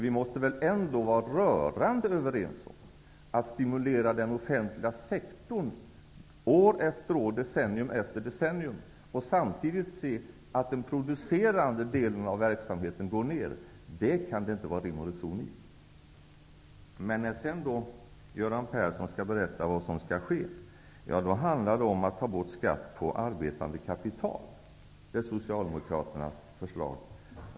Vi måste väl vara rörande överens om att det inte kan vara någon rim och reson i att stimulera den offentliga sektorn år efter år, decennium efter decennium samtidigt som den producerande delen minskar. Sedan skulle Göran Persson berätta vad som skall ske. Ja, det handlar om att få bort skatt på arbetande kapital. Det är Socialdemokraternas förslag.